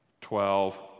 Twelve